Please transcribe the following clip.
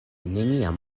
neniam